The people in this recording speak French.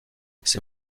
ses